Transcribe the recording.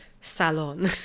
salon